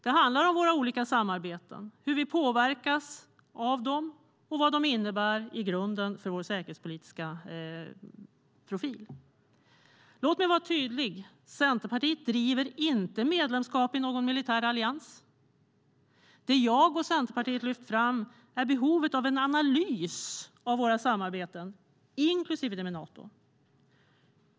Det handlar om våra olika samarbeten, hur vi påverkas av dem och vad de innebär i grunden för vår säkerhetspolitiska profil. Låt mig vara tydlig. Centerpartiet driver inte medlemskap i någon militär allians. Det jag och Centerpartiet har lyft fram är behovet av en analys av våra samarbeten, inklusive det med Nato.